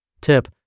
Tip